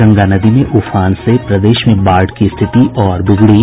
गंगा नदी में उफान से प्रदेश में बाढ़ की स्थिति और बिगड़ी